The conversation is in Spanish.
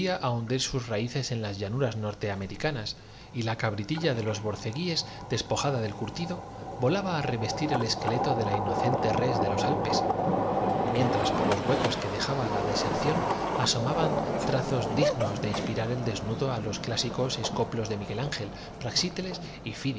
hundir sus raíces en las llanuras norte americanas y ción la cabritilla de los borceguíes despojada del curtido la causa de tan maravillosos efectos se explica muy volaba á revestir el esqueleto de la inocente res de los fácilmente el tiempo empujado hacia atrás verificaba alpes mientras por los huecos que dejaba la deserción su obra de destrucción las viajeras no habían sido asomaban trazos dignos de inspirar el desnudo á los sometidas á la inalterabilidad pero sus trajes tampo clásicos escoplos de miguel angel praxíteles y